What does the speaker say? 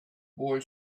boy